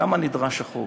למה נדרש החוק?